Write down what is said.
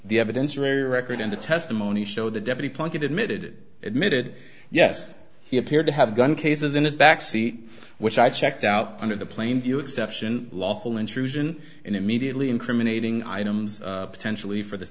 the evidence or a record in the testimony showed the deputy plunkett admitted admitted yes he appeared to have a gun cases in his back seat which i checked out under the plain view exception lawful intrusion and immediately incriminating items potentially for the